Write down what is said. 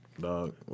dog